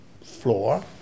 floor